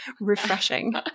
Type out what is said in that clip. refreshing